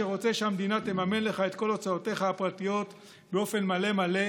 שרוצה שהמדינה תממן לך את כל הוצאותיך הפרטיות באופן מלא מלא,